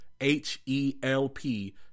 H-E-L-P